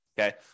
okay